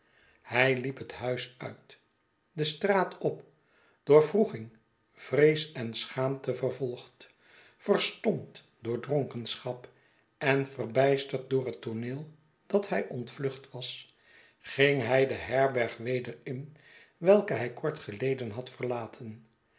hij liep het huis uit de straat op door wroeging vrees en schaamte vervolgd verstompt door dronkenschap en verbijsterd door het tooneel dat hij ontvlucht was ging hij de herberg weder in welke hij kort geleden had verlaten